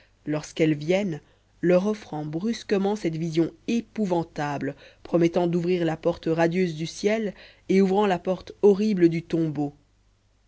lorsqu'elles viennent leur offrant brusquement cette vision épouvantable promettant d'ouvrir la porte radieuse du ciel et ouvrant la porte horrible du tombeau